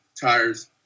tires